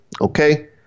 Okay